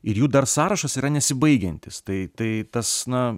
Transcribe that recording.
ir jų dar sąrašas yra nesibaigiantis tai tai tas na